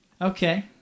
Okay